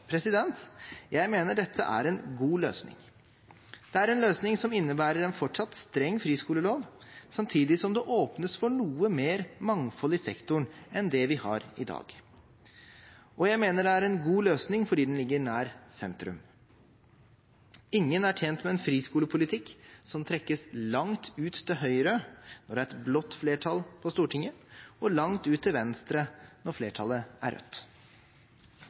stedet. Jeg mener dette er en god løsning. Det er en løsning som innebærer en fortsatt streng friskolelov, samtidig som det åpnes for noe mer mangfold i sektoren enn det vi har i dag. Og jeg mener det er en god løsning fordi den ligger nær sentrum. Ingen er tjent med en friskolepolitikk som trekkes langt ut til høyre når det er et blått flertall på Stortinget, og langt ut til venstre når flertallet er rødt.